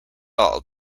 all